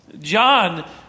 John